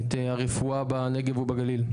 הרפואה בנגב ובגליל.